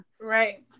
right